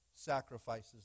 sacrifices